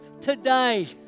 today